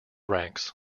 ranks